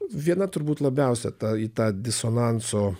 viena turbūt labiausiai ta į tą disonanso